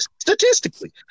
statistically